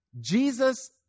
Jesus